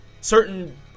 certain